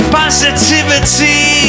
positivity